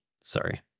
sorry